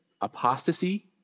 apostasy